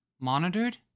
Monitored